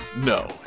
No